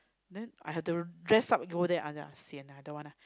then I have to dress up over there !aiya! sian lah don't want lah